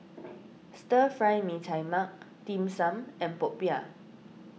Stir Fry Mee Tai Mak Dim Sum and Popiah